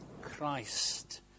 Christ